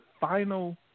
final